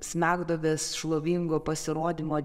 smegduobės šlovingo pasirodymo